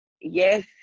yes